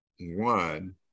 one